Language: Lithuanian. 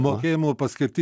mokėjimo paskirty